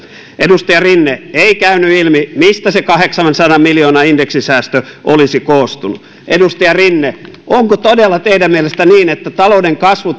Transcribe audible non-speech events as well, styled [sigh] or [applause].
edustaja rinne ei käynyt ilmi mistä se kahdeksansadan miljoonan indeksisäästö olisi koostunut edustaja rinne onko todella teidän mielestänne niin että talouden kasvu [unintelligible]